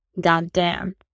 Goddamn